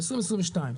ב-2022,